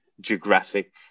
geographic